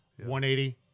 180